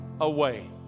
away